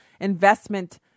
investment